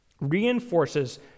reinforces